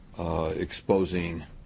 Exposing